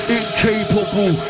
incapable